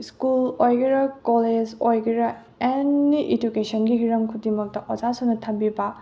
school ꯑꯣꯏꯒꯦꯔ college ꯑꯣꯏꯒꯦꯔ ꯑꯦꯅꯤ ꯏꯗꯨꯀꯦꯁꯟꯒꯤ ꯍꯤꯔꯝ ꯈꯨꯗꯤꯡꯃꯛꯇ ꯑꯣꯖꯥ ꯁꯨꯅ ꯊꯝꯕꯤꯕ